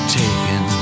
taken